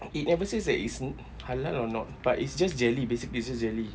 it never says that it's halal or not but it's just jelly basically it's just jelly